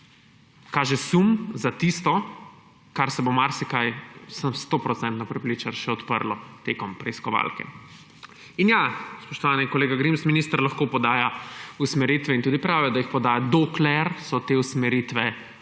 kaže sum, in tisto, kar se bo marsikaj, sem stoprocentno prepričan, še odprlo med preiskovalko. Ja, spoštovani kolega Grims, minister lahko podaja usmeritve in tudi prav je, da jih poda, dokler so te usmeritve